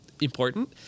important